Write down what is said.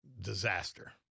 Disaster